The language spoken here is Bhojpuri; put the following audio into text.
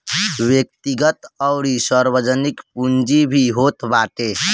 व्यक्तिगत अउरी सार्वजनिक पूंजी भी होत बाटे